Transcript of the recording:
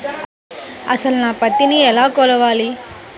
అసలు నా పత్తిని ఎలా కొలవాలి?